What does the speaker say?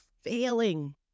failing